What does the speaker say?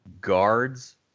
guards